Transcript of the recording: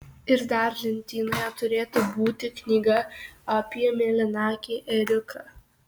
ir dar lentynoje turėtų būti knyga apie mėlynakį ėriuką